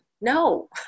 no